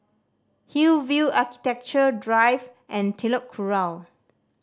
Hillview Architecture Drive and Telok Kurau